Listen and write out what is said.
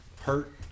hurt